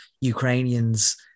Ukrainians